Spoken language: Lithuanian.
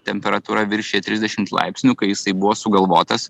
temperatūra viršija trisdešimt laipsnių kai jisai buvo sugalvotas